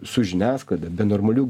su žiniasklaida be normalių